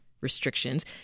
restrictions